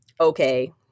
okay